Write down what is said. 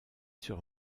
sur